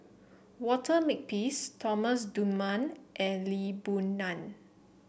Walter Makepeace Thomas Dunman and Lee Boon Ngan